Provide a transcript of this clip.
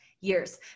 Years